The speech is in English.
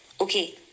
Okay